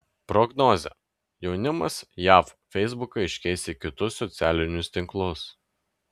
prognozė jaunimas jav feisbuką iškeis į kitus socialinius tinklus